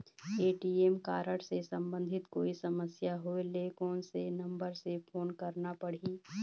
ATM card से संबंधित कोई समस्या होय ले, कोन से नंबर से फोन करना पढ़ही?